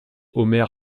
omer